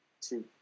two